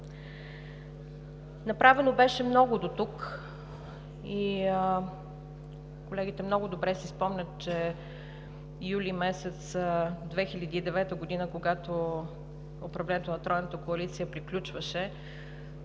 Направено беше много дотук и колегите много добре си спомнят, че през месец юли 2009 г., когато управлението на тройната коалиция приключваше,